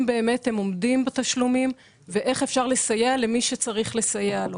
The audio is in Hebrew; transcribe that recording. באמת הם עומדים בתשלומים ואיך אפשר לסייע למי שצריך לסייע לו,